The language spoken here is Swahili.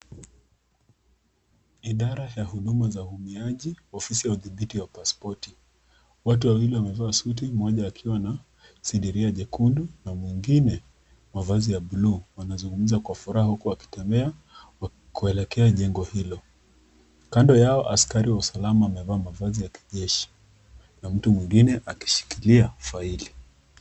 Idara ya huduma za uhamiaji, ofisi ya udhibiti wa pasipoti. Watu wawili wamevaa suti mmoja akiwa na sidiria jekundu na mwingine mavazi ya bluu wanazungumza kwa furaha huku wakitembea kuelekea jengo hilo. Kando yao, askari wa usalama amevaa mavazi ya kijeshi na mtu mwingine akishikilia faili.